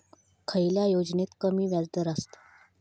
खयल्या योजनेत कमी व्याजदर असता?